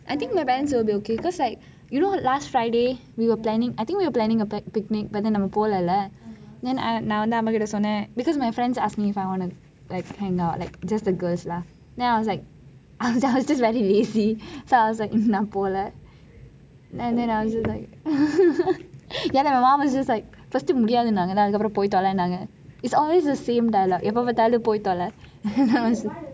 I think my parents will be okay because like you know last friday we were planning I think we were planning a picnic but then நம்ம போலை:namma polei leh நான் வந்து அம்மாமக்கிட்டே:naan vanthu amma kittei my friends asked me if I want to like hang out like just the girls lah then I was like I was just just very lazy நான் போலை:naan polei and then my mum was just like first முடியாது போய் தொலைனாங்க:mudiyathu poi tholainaanka it is always the same dialogue போய் தொலை:poi tholai